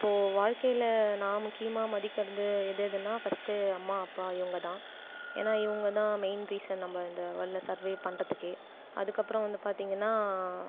இப்போது வாழ்க்கையில் நான் முக்கியமாக மதிக்கிறது எதுஎதுனா ஃபர்ஸ்ட் அம்மா அப்பா இவங்க தான் ஏன்னா இவங்க தான் மெயின் ரீசன் நம்ம இந்த வேல்டில் சர்வைவ் பண்ணுறத்துக்கே அதுக்கப்புறம் வந்து பார்த்திங்கன்னா